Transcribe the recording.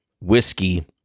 whiskey